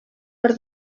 per